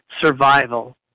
survival